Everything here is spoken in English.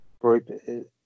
group